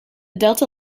delta